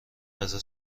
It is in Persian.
غذا